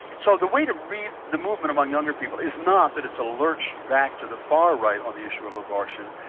so the way to read the movement among younger people is not that it's a lurch back to the far right on the issue of abortion.